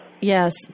Yes